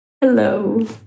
Hello